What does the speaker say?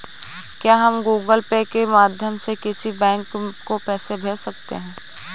क्या हम Google Pay के माध्यम से किसी बैंक को पैसे भेज सकते हैं?